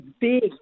big